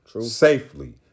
safely